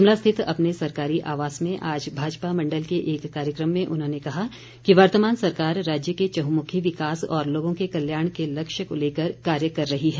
शिमला स्थित अपने सरकारी आवास में आज भाजपा मण्डल के एक कार्यक्रम में उन्होंने कहा कि वर्तमान सरकार राज्य के चहुंमुखी विकास और लोगों के कल्याण के लक्ष्य को लेकर कार्य कर रही है